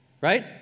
right